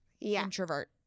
introvert